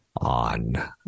on